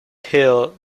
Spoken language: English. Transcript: hill